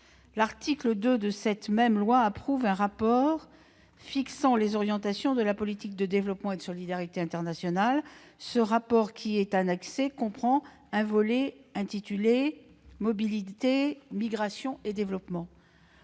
L'article 2 de cette même loi approuve un rapport annexé fixant les orientations de la politique de développement et de solidarité internationale. Ce rapport comprend un volet intitulé « Mobilité, migrations et développement ».